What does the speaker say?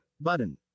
button